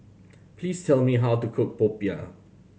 please tell me how to cook popiah